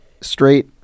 straight